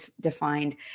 defined